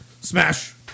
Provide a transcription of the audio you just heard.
Smash